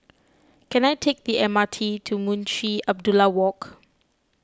can I take the M R T to Munshi Abdullah Walk